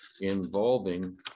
involving